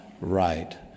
right